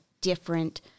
different